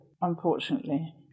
unfortunately